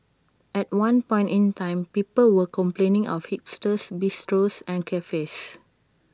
at one point in time people were complaining of hipster bistros and cafes